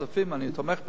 ואני תומך בהחלטה,